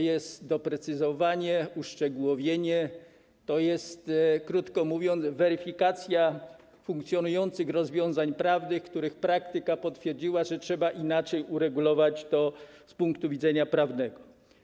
Jest to doprecyzowanie, uszczegółowienie, krótko mówiąc, weryfikacja funkcjonujących rozwiązań prawnych, odnośnie do których praktyka potwierdziła, że trzeba je inaczej uregulować z punktu widzenia prawnego.